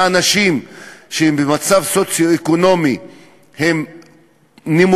האנשים שהם במצב סוציו-אקונומי נמוך,